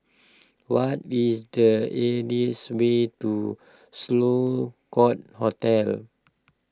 what is the easiest way to Sloane Court Hotel